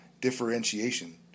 differentiation